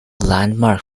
landmark